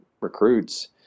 recruits